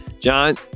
John